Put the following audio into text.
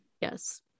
Yes